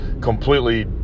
completely